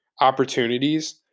opportunities –